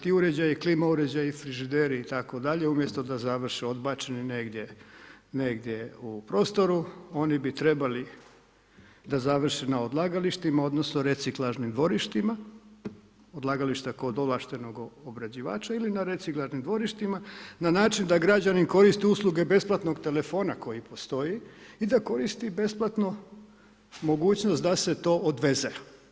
Ti uređaji, klima uređaji, frižideri itd. umjesto da završe odbačeni negdje u prostoru, oni bi trebali da završe na odlagalištima odnosno reciklažnim dvorištima, odlagališta kod ovlaštenog obrađivača ili na reciklažnim dvorištima na način da građanin koristi usluge besplatnog telefona koji postoji i da koristi besplatnu mogućnost da se to odveze.